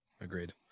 Agreed